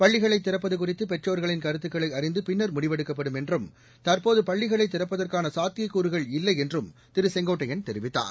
பள்ளிகளை திறப்பது குறித்து பெற்றோ்களின் கருத்துக்களை அறிந்து பின்னா் முடிவெடுக்கப்படும் என்றும் தற்போது பள்ளிகளை திறப்பதற்கான சாத்தியக்கூறு இல்லை என்றும் திரு செங்கோட்டையன் தெரிவித்தார்